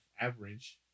average